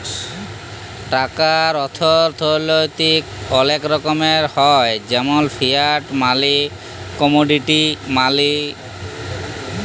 টাকার অথ্থলৈতিক অলেক রকমের হ্যয় যেমল ফিয়াট মালি, কমোডিটি মালি